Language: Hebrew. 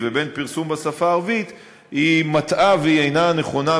ובין פרסום בשפה הערבית היא מטעה ואינה נכונה,